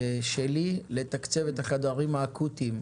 שלי, לתקצב את החדרים האקוטיים,